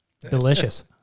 Delicious